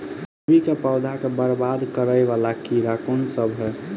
कोबी केँ पौधा केँ बरबाद करे वला कीड़ा केँ सा है?